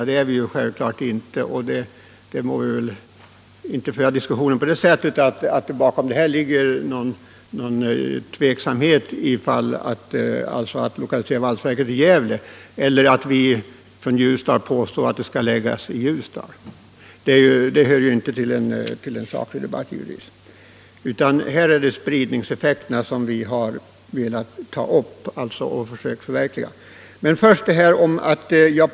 Det är vi självklart inte. Vi får väl inte föra diskussionen på det sättet, att det kan anses föreligga — Om ökad spridning någon tveksamhet om riktigheten i att lokalisera valsverket till Gävle av sysselsättningen i eller att exempelvis människorna i Ljusdal skulle vilja påstå att verket — Gävleborgs län bör läggas där. Sådant hör givetvis inte hemma i en saklig debatt. Det som vi har velat ta upp är önskemålet att förverkliga spridningseffekterna av det som nu planeras i Gävle.